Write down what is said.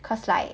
because like